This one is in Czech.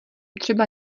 třeba